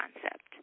concept